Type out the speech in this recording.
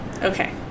Okay